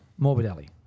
Morbidelli